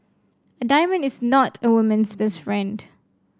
a diamond is not a woman's best friend